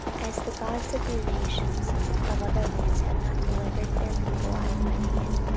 as the gods of the nations of other lands have not delivered their people out of mine hand,